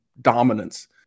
dominance